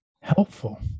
helpful